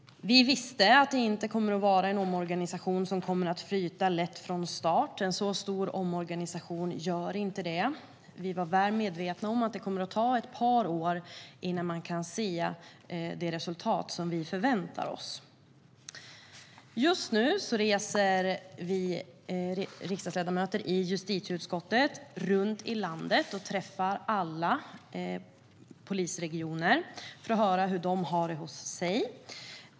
Vi visste att det inte skulle vara en omorganisation som skulle flyta lätt från start. En så stor omorganisation gör inte det. Vi var väl medvetna om att det kommer att ta ett par år innan vi kan se de resultat som vi förväntar oss. Just nu reser vi riksdagsledamöter i justitieutskottet runt i landet och träffar alla polisregioner för att höra hur de har det hos sig.